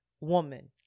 woman